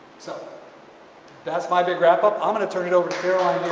so that's my big wrap-up. i'm gonna turn it over to caroline